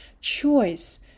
Choice